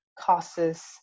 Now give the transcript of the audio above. causes